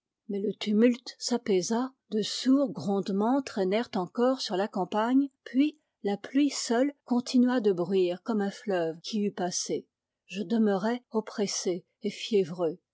mais le tumulte s'apaisa de sourds grondements traînèrent encore sur la campagne puis la pluie seule continua de bruire comme un fleuve qui eût passé je demeurai oppressé et fiévreux